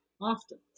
often